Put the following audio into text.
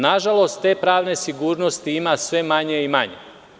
Nažalost, te pravne sigurnosti ima sve manje i manje.